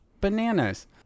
bananas